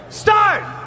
start